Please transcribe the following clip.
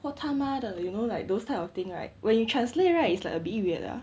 我他妈的 you know like those type of thing right when you translate right is like a bit weird ah